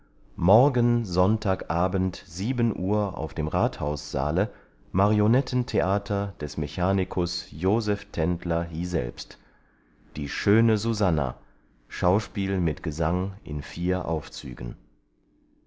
morgen sonntagabend sieben uhr auf dem rathaussaale marionetten theater des mechanicus joseph tendler hieselbst die schöne susanna schauspiel mit gesang in vier aufzügen